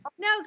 No